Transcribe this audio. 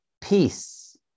peace